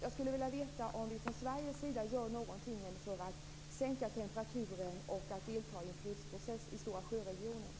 Jag skulle vilja veta om vi från Sverige gör någonting för att sänka temperaturen och för att delta i fredsprocessen i Stora sjöregionen.